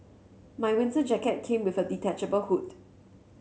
my winter jacket came with a detachable hood